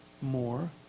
More